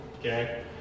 Okay